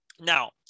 Now